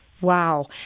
Wow